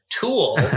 tool